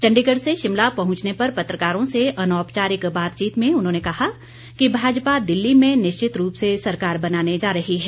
चण्डीगढ़ से शिमला पहुंचने पर पत्रकारों से अनौपचारिक बातचीत में उन्होंने कहा कि भाजपा दिल्ली में निश्चित रूप से सरकार बनाने जा रही है